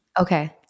Okay